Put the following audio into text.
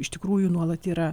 iš tikrųjų nuolat yra